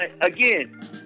again